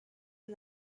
and